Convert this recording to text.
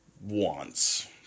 wants